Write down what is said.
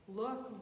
look